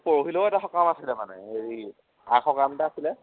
পৰহিলৈও এটা সকাম আছিলে মানে এই আগ সকাম এটা আছিলে